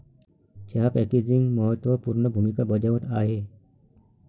चहा पॅकेजिंग महत्त्व पूर्ण भूमिका बजावत आहे